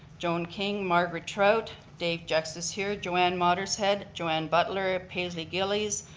joan king, mark retroat, dave justice here, joanne watershead, joanne butler, paisley gilleys,